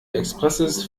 expresses